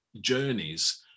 journeys